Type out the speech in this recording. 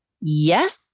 yes